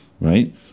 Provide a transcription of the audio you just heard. right